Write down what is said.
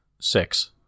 six